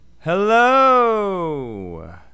hello